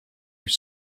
your